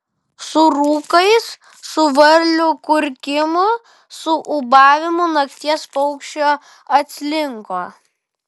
su rūkais su varlių kurkimu su ūbavimu nakties paukščio atslinko